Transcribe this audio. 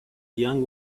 young